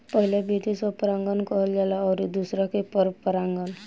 पहिला विधि स्व परागण कहल जाला अउरी दुसरका के पर परागण